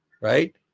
right